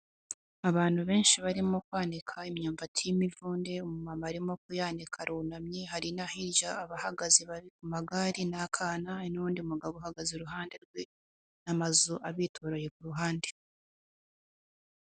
Abantu benshi barimo kwanika imyumbati y'imivunde umu mama arimo kuyanika arunamye. Hari no hirya abahagaze ku magare n'akana. Hari n'undi mugabo uhagaze iruhande rwe n'amazu abitoroye ku ruhande.